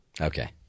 Okay